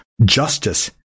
Justice